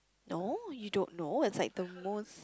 no you don't know it's like the most